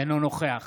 אינו נוכח